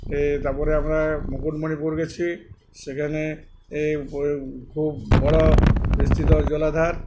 এ তারপরে আমরা মুকুটমণিপুর গেছি সেখানে এ খুব বড় বিস্তৃত জলাধার